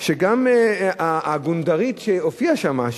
שגם הגונדרית שהופיעה שם,